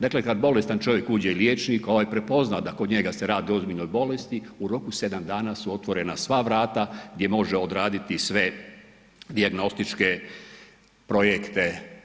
Dakle kada bolestan čovjek uđe liječniku, ovaj prepozna da kod njega se radi o ozbiljnoj bolesti, u roku 7 dana su otvorena sva vrata gdje može odraditi sve dijagnostičke projekte.